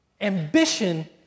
Ambition